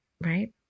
right